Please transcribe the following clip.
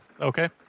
Okay